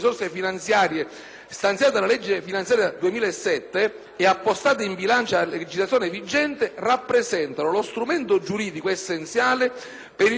e appostate in bilancio a legislazione vigente, rappresentano lo strumento giuridico essenziale per il completamento degli interventi di ricostruzione dell'edilizia privata.